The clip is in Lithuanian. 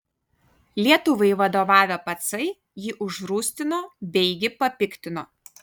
lietuvai vadovavę pacai jį užrūstino beigi papiktino